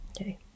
okay